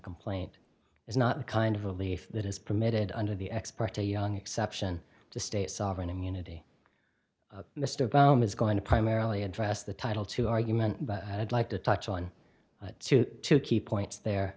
complaint is not the kind of a belief that is permitted under the expert a young exception to state sovereign immunity mr baum is going to primarily address the title to argument but i'd like to touch on two key points there